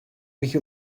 mich